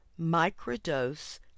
microdose